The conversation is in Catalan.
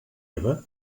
eva